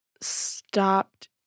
Stopped